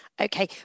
Okay